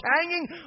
hanging